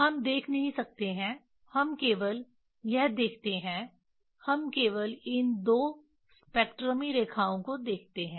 हम देख नहीं सकते हैं हम केवल यह देखते हैं हम केवल इन दो स्पेक्ट्रमी रेखाओं को देखते हैं